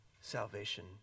salvation